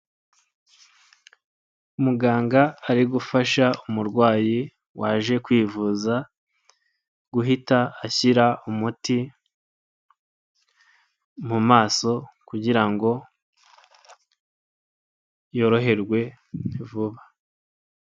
Muganga ari gufasha umurwayi waje kwivuza guhita ashyira umuti mu mumaso kugira ngo yoroherwe vuba.